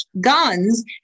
guns